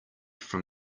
from